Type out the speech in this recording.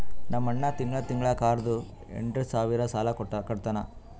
ನಮ್ ಅಣ್ಣಾ ತಿಂಗಳಾ ತಿಂಗಳಾ ಕಾರ್ದು ಎಂಟ್ ಸಾವಿರ್ ಸಾಲಾ ಕಟ್ಟತ್ತಾನ್